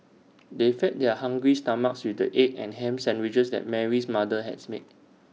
they fed their hungry stomachs with the egg and Ham Sandwiches that Mary's mother has made